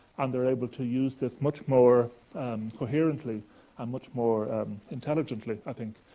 and they're able to use this much more coherently and much more intelligently, i think,